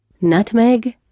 nutmeg